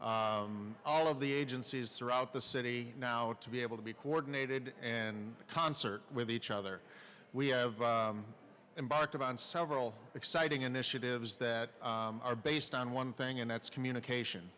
services all of the agencies throughout the city now to be able to be coordinated and concert with each other we have embarked upon several exciting initiatives that are based on one thing and that's communication